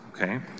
Okay